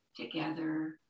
together